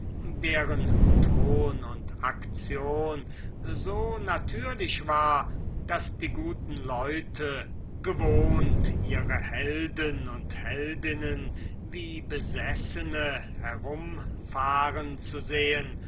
deren ton und action so natürlich war daß die guten leute gewohnt ihre helden und heldinnen wie besessene herumfahren zu sehen